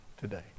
today